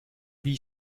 wie